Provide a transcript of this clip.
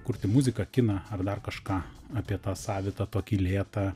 kurti muziką kiną ar dar kažką apie tą savitą tokį lėtą